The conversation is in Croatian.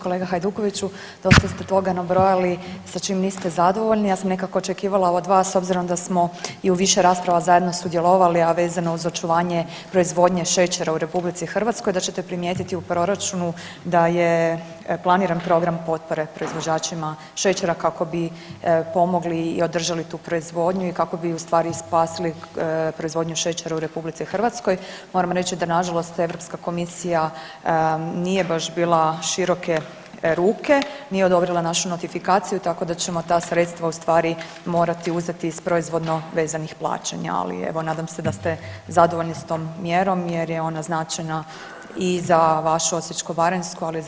Kolega Hajdukoviću, dosta ste toga nabrojali sa čim niste zadovoljni, ja sam nekako očekivala od vas s obzirom da smo i u više rasprava zajedno sudjelovali, a vezano uz očuvanje proizvodnje šećera u RH da ćete primijetiti u proračunu da je planiran program potpore proizvođačima šećera kako bi pomogli i održali tu proizvodnju i kako bi u stvari spasili proizvodnju šećera u RH, moram reći da nažalost Europska komisija nije baš bila široke ruke, nije odobrila našu notifikaciju tako da ćemo ta sredstva u stvari morati uzeti iz proizvodno vezanih plaćanja, ali evo nadam se da ste zadovoljni s tom mjerom jer je ona značajna i za vašu Osječko-baranjsku, ali i za